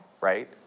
Right